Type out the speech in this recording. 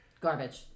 garbage